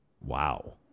Wow